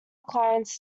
clients